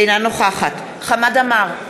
אינה נוכחת חמד עמאר,